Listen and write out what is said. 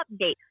update